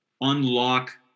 unlock